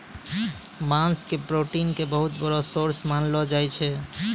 मांस के प्रोटीन के बहुत बड़ो सोर्स मानलो जाय छै